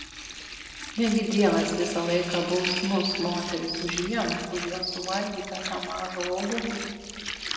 negi dievas visą laiką baus mus moteris už ievą už jos suvalgytą tą mažą obuolį